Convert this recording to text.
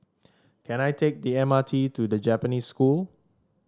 can I take the M R T to The Japanese School